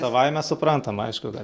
savaime suprantama aišku kad